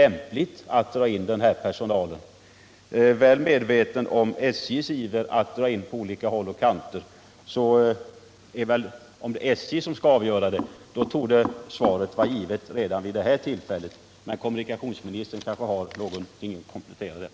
Jag är väl medveten om SJ:s iver att dra in på olika håll och kanter. Om det är SJ som beslutar, torde saken redan nu vara avgjord. Men kommunikationsministern kanske har några synpunkter att komplettera med.